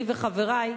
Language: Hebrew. אני וחברי,